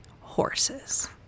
horses